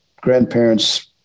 grandparents